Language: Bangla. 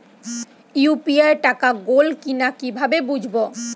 ইউ.পি.আই টাকা গোল কিনা কিভাবে বুঝব?